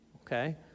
okay